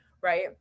right